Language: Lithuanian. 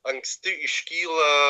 anksti iškyla